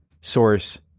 source